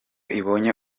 ibonye